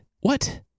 what